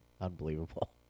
unbelievable